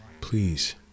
please